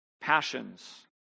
passions